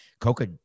Coca